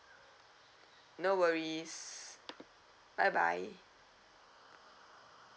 no worries bye bye